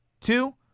two